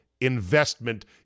investment